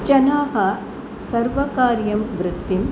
जनाः सर्वकारीयां वृत्तिं